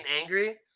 angry